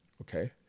Okay